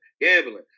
gambling